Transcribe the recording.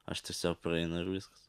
aš tiesiog praeinu ir viskas